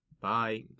Bye